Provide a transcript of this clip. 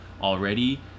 already